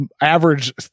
average